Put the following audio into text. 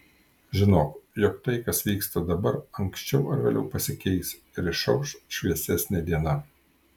žinok jog tai kas vyksta dabar anksčiau ar vėliau pasikeis ir išauš šviesesnė diena